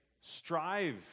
strive